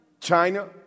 China